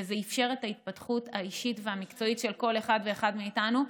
וזה אפשר את ההתפתחות האישית והמקצועית של כל אחד ואחד מאיתנו.